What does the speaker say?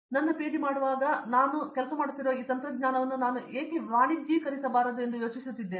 ನನ್ನ ಪಿಎಚ್ಡಿ ಮಾಡುವಾಗ ಈಗ ನಾನು ಕೆಲಸ ಮಾಡುತ್ತಿರುವ ಈ ತಂತ್ರಜ್ಞಾನವನ್ನು ನಾನು ಏಕೆ ವಾಣಿಜ್ಯೀಕರಿಸಬಾರದು ಎಂದು ಯೋಚಿಸುತ್ತಿದ್ದೇನೆ